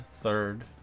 third